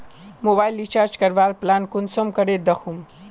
Mobile recharge करवार plan कुंसम करे दखुम?